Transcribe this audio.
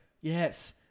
Yes